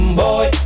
boy